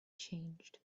changed